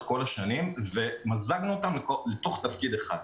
כל השנים ומזגנו אותן לתוך תפקיד אחד.